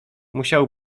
musiał